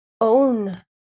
own